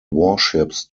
warships